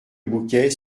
bouquet